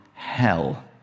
hell